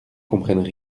comprennent